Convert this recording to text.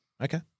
Okay